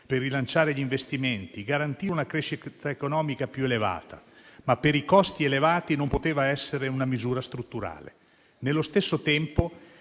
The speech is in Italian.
per rilanciare gli investimenti e garantire una crescita economica più elevata, ma per i costi elevati non poteva essere una misura strutturale. Nello stesso tempo,